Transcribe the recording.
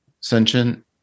sentient